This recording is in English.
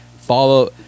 Follow